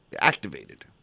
activated